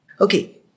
Okay